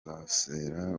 masozera